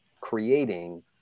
creating